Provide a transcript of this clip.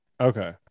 okay